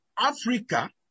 Africa